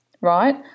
right